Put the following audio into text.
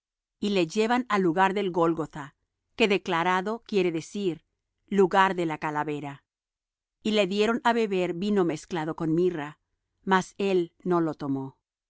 y le llevan al lugar de gólgotha que declarado quiere decir lugar de la calavera y le dieron á beber vino mezclado con mirra mas él no lo tomó